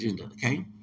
okay